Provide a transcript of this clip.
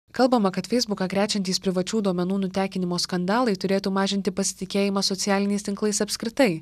kalbama kad feisbuką krečiantys privačių duomenų nutekinimo skandalai turėtų mažinti pasitikėjimą socialiniais tinklais apskritai